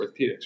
orthopedics